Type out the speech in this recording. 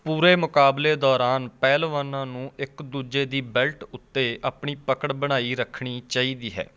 ਪੂਰੇ ਮੁਕਾਬਲੇ ਦੌਰਾਨ ਪਹਿਲਵਾਨਾਂ ਨੂੰ ਇੱਕ ਦੂਜੇ ਦੀ ਬੈਲਟ ਉੱਤੇ ਆਪਣੀ ਪਕੜ ਬਣਾਈ ਰੱਖਣੀ ਚਾਹੀਦੀ ਹੈ